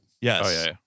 yes